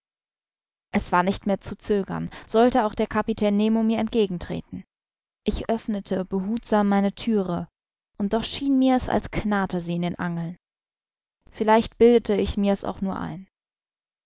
es war nicht mehr zu zögern sollte auch der kapitän nemo mir entgegen treten ich öffnete behutsam meine thüre und doch schien mir's als knarrte sie in den angeln vielleicht bildete ich mir's auch nur ein